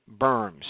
berms